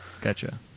gotcha